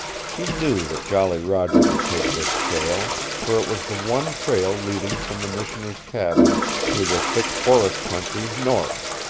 she knew that jolly roger would take this trail, for it was the one trail leading from the missioner's cabin through the thick forest country north.